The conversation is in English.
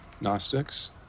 Gnostics